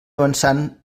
avançant